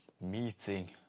meeting